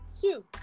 two